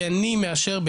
כי אני מאשר,